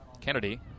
Kennedy